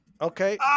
Okay